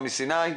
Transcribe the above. מסיני.